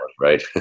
right